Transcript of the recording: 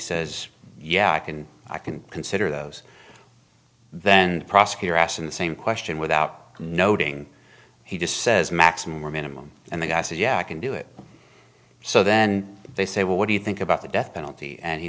says yeah i can i can consider those then prosecutor asked him the same question without noting he just says maximum or minimum and the guy said yeah i can do it so then they say well what do you think about the death penalty and he